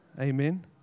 Amen